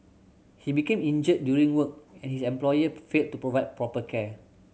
he became injured during work and his employer failed to provide proper care